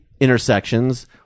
intersections